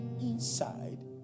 inside